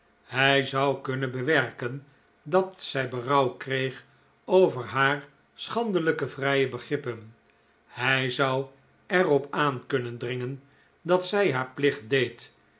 hij zou kunnen bewerken dat zij berouw kreeg over haar schandelijke vrije begrippen hij zou er op aan kunnen dringen dat zij haar plicht deed